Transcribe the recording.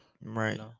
Right